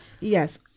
Yes